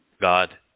God